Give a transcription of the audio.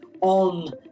on